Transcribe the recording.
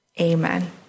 amen